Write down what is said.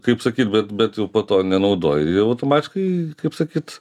kaip sakyt bet bet jau po to nenaudoji ir jau automatiškai kaip sakyt